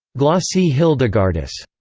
glossae hildigardis,